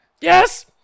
yes